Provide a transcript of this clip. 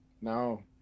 no